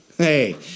Hey